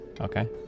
okay